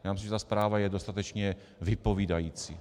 Myslím, že ta zpráva je dostatečně vypovídající.